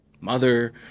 mother